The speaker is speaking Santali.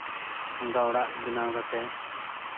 ᱚᱱᱠᱟ ᱚᱲᱟᱜ ᱵᱮᱱᱟᱣ ᱠᱟᱛᱮᱫ